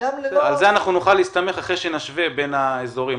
על זה נוכל להסתמך אחרי שנשווה בין האזורים.